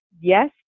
yes